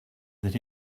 that